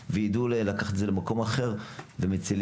הזה; שיידעו לקחת את זה למקום אחר ולהציל,